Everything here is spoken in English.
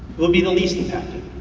will be the least impacted.